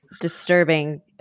disturbing